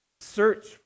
search